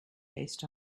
based